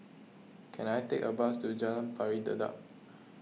can I take a bus to Jalan Pari Dedap